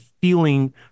feeling